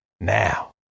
Now